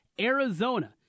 Arizona